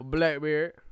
Blackbeard